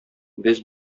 без